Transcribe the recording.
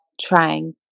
trying